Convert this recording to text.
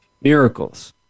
miracles